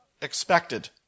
expected